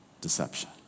deception